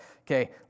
okay